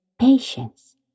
patience